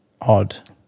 odd